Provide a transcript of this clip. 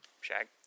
Shag